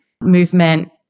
movement